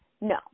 no